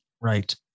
Right